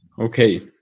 Okay